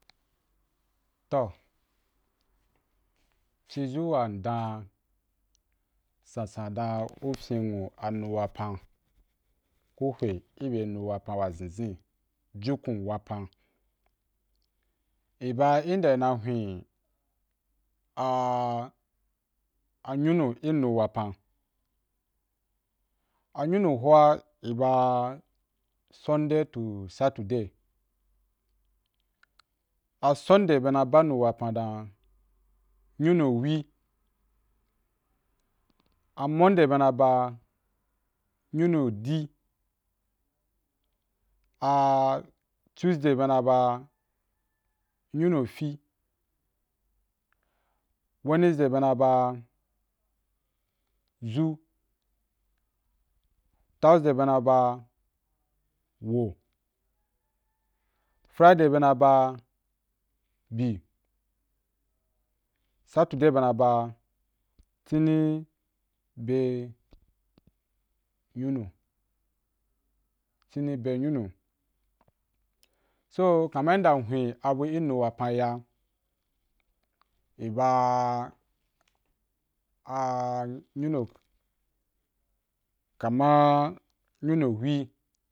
Toh ci zu wa ndan san san dan u fyin nwu anu wapan, ku hwe i be nu wapan wa zeinzen juku n wapan, i ba inda i na hwe a nyuru i nu wapan, a nyunu ho’a i ba sunday to saturday, a sunday bena ba nu wapan d an, nyunu wi, a monday be na ba, nyunu dì, tuesday be na ba nyunu fi, wednesday be na ba, zu, thursday be na ba, wo, friday be na ba byi, saturday be na ba, tini be nyunu, tini be nyunu, so kaman inda mhwe a bu i nu wapan ya, i ba nyunu, kaman nuyunu wi